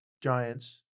Giants